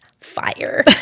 fire